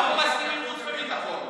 אנחנו מסכימים לחוץ וביטחון.